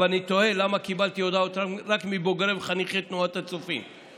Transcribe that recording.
אבל אני תוהה למה קיבלתי הודעות רק מבוגרי וחניכי תנועות הצופים.